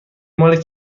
مال